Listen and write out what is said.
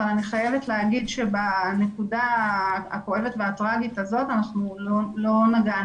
אבל אני חייבת להגיד שבנקודה הכואבת והטרגית הזו לא נגענו,